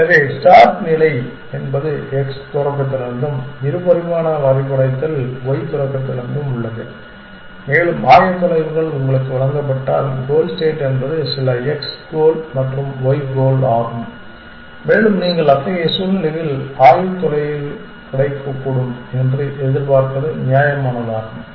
எனவே ஸ்டார்ட் நிலை என்பது x தொடக்கத்திலிருந்தும் இரு பரிமாண வரைபடத்தில் y தொடக்கத்திலிருந்தும் உள்ளது மேலும் ஆயத்தொலைவுகள் உங்களுக்கு வழங்கப்பட்டால் கோல் ஸ்டேட் என்பது சில x கோல் மற்றும் y கோல் ஆகும் மேலும் நீங்கள் அத்தகைய சூழ்நிலையில் ஆயத்தொலைவுகள் கிடைக்கக்கூடும் என்று எதிர்பார்ப்பது நியாயமானதாகும்